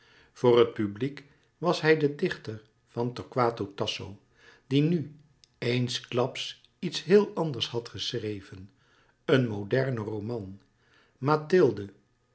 voor het publiek was hij de dichter van torquato tasso die nu eensklaps iets heel anders had geschreven een modernen roman mathilde